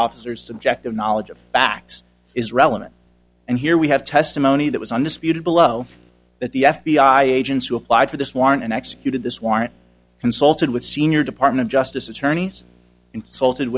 officers subjective knowledge of facts is relevant and here we have testimony that was undisputed below that the f b i agents who applied for this warrant and executed this warrant consulted with senior department justice attorneys consulted